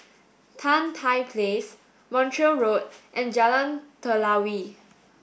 Tan Tye Place Montreal Road and Jalan Telawi